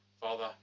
Father